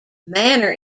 manor